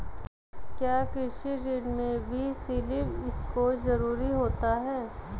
क्या कृषि ऋण में भी सिबिल स्कोर जरूरी होता है?